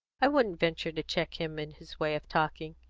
i wouldn't venture to check him in his way of talking.